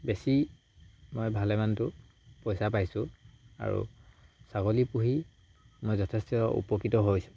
বেছি মই ভালেমানটো পইচা পাইছোঁ আৰু ছাগলী পুহি মই যথেষ্ট উপকৃত হৈছোঁ